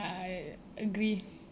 I agree